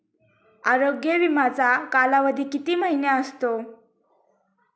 आरोग्य विमाचा कालावधी किती महिने असतो?